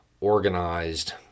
organized